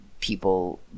people